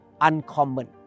uncommon